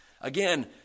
Again